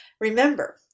Remember